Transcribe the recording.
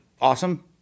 awesome